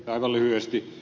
aivan lyhyesti